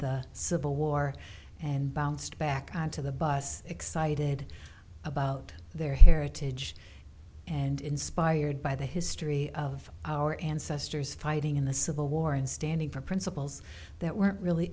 the civil war and bounced back onto the bus excited about their heritage and inspired by the history of our ancestors fighting in the civil war and standing for principles that weren't really